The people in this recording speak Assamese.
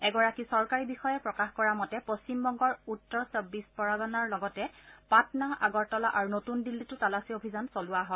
এগৰাকী চৰকাৰী বিষয়াই প্ৰকাশ কৰা মতে পশ্চিম বংগৰ উত্তৰ চবিবছ পৰগণাৰ লগতে পাটনা আগৰতলা আৰু নতুন দিল্লীতো তালাচী অভিযান চলোৱা হয়